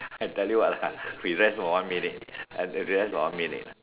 I tell you what lah we rest for minute uh we rest for one minute